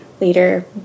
later